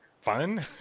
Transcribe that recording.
fun